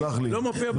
תסלח לי.